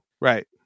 Right